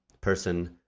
person